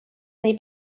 neu